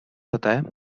datei